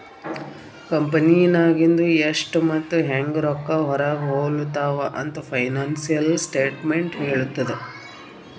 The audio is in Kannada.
ಕಂಪೆನಿನಾಗಿಂದು ಎಷ್ಟ್ ಮತ್ತ ಹ್ಯಾಂಗ್ ರೊಕ್ಕಾ ಹೊರಾಗ ಹೊಲುತಾವ ಅಂತ್ ಫೈನಾನ್ಸಿಯಲ್ ಸ್ಟೇಟ್ಮೆಂಟ್ ಹೆಳ್ತುದ್